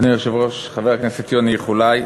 אדוני היושב-ראש, חבר הכנסת יוני, איחולי.